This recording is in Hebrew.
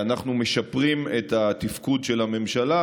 אנחנו משפרים את התפקוד של הממשלה,